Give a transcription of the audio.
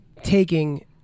taking